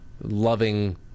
loving